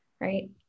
right